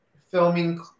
filming